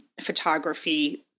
photography